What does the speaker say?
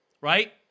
Right